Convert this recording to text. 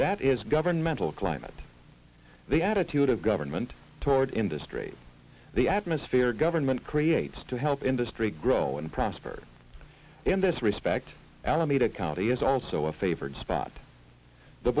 that is governmental climate the attitude of government toward industry the atmosphere government creates to help industry grow and prosper in this respect alameda county is also a favored spot the